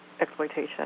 exploitation